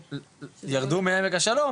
ירדו מעמק השלום,